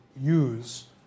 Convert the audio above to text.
use